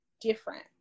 different